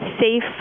safe